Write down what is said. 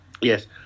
Yes